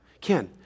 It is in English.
Ken